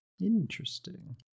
Interesting